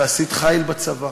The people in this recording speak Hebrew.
ועשית חיל בצבא.